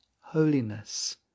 holiness